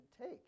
take